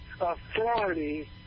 authority